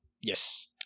Yes